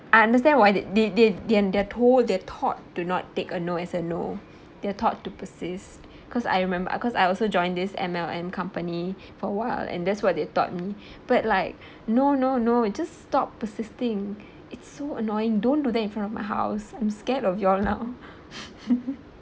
I understand why they they they they are told their are taught to not take a no as a no they're taught to persist because I rememb~ because I also join this M_L_M company for a while and that's why they taught me but like no no no just stop persisting it's so annoying don't do that in front of my house I'm scared of you all now